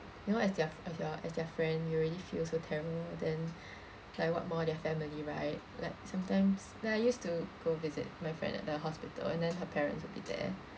you know as their as your as their friend you already feel so terrible then like what more their family right like sometimes like I used to go visit my friend at the hospital and then her parents will be there